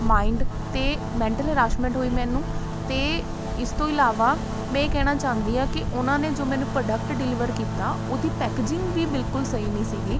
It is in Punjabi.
ਮਾਈਂਡ 'ਤੇ ਮੈਂਟਲ ਹਰਾਸ਼ਮੈਂਟ ਹੋਈ ਮੈਨੂੰ ਅਤੇ ਇਸ ਤੋਂ ਇਲਾਵਾ ਮੈਂ ਇਹ ਕਹਿਣਾ ਚਾਹੁੰਦੀ ਹਾਂ ਕਿ ਉਹਨਾਂ ਨੇ ਜੋ ਮੈਨੂੰ ਪਰੋਡਕਟ ਡਿਲੀਵਰ ਕੀਤਾ ਉਹਦੀ ਪੈਕੇਜਿੰਗ ਵੀ ਬਿਲਕੁਲ ਸਹੀ ਨਹੀਂ ਸੀਗੀ